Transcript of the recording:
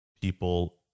people